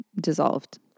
dissolved